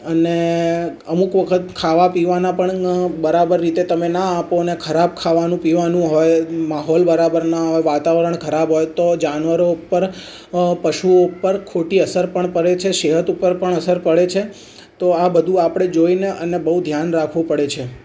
અને અમુક વખત ખાવા પીવાના પણ બરાબર રીતે તમે ના આપો અને ખરાબ ખાવાનું પીવાનું હોય માહોલ બરાબર ના હોય વાતાવરણ ખરાબ હોય તો જાનવરો ઉપર પશુઓ ઉપર ખોટી અસર પણ પડે છે સેહત ઉપર પણ અસર પડે છે તો આ બધું આપણે જોઈને અને બહુ ધ્યાન રાખવું પડે છે